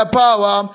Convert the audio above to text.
power